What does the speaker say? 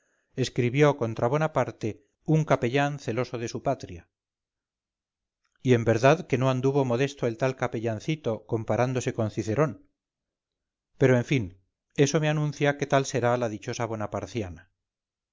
escribió contra bonaparte un capellán celoso de su patria y en verdad que no anduvo modesto el tal capellancito comparándose con cicerón pero en fin eso me anuncia qué tal será la dichosa